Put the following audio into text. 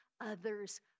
others